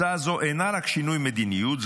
הצעה זו אינה רק שינוי מדיניות,